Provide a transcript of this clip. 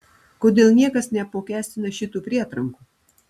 kodėl niekas neapmokestina šitų prietrankų